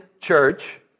church